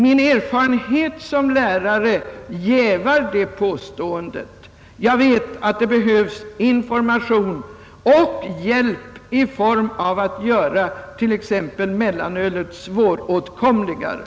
Min erfarenhet som lärare jävar det påståendet. Jag vet att det krävs information och hjälp i form av att man t.ex. gör mellanölet svåråtkomligare.